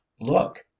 Look